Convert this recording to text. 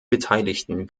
beteiligten